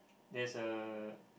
there's a